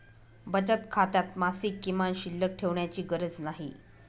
बचत खात्यात मासिक किमान शिल्लक ठेवण्याची गरज नाही